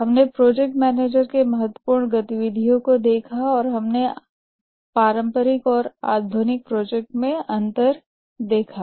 हमने project manager के महत्वपूर्ण गतिविधियों को देखा और हमने पारंपरिक और आधुनिक प्रोजेक्ट में अंतर देखा